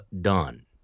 done